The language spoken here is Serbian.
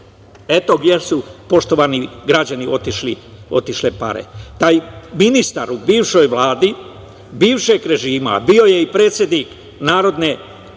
Eto gde su, poštovani građani, otišle pare. Taj ministar u bivšoj Vladi bivšeg režima, a bio je i predsednik Narodne